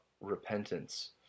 repentance